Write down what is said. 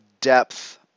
depth